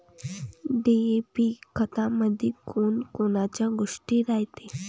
DAP खतामंदी कोनकोनच्या गोष्टी रायते?